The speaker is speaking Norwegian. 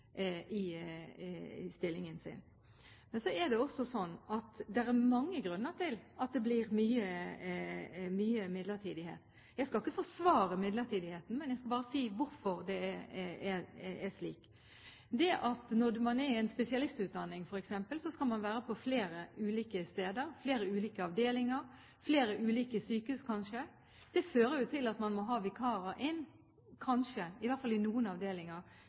i den sammenheng vil vi også se på hvordan vi kan kombinere det å ha utdanningsstillinger med en bedre forutsigbarhet. Det er mange grunner til at det blir mye midlertidighet. Jeg skal ikke forsvare midlertidigheten, men jeg vil bare si hvorfor det er slik. Når man er i en spesialistutdanning, f.eks., skal man være på flere ulike steder, ulike avdelinger og kanskje ulike sykehus. Det fører til at man kanskje må ha vikarer inn, i hvert fall i noen avdelinger,